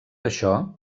això